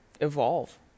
evolve